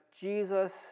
Jesus